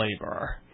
labor